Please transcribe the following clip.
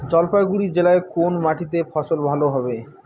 জলপাইগুড়ি জেলায় কোন মাটিতে ফসল ভালো হবে?